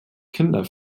kinder